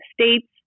States